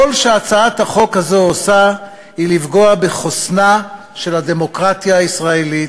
כל שהצעת החוק הזו עושה הוא לפגוע בחוסנה של הדמוקרטיה הישראלית,